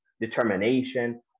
determination